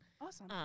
awesome